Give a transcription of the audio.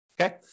Okay